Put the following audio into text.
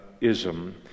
ism